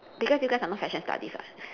because you guys are not fashion studies [what]